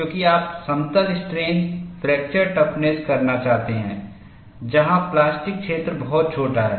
क्योंकि आप समतल स्ट्रेन फ्रैक्चर टफनेस करना चाहते हैं जहाँ प्लास्टिक क्षेत्र बहुत छोटा है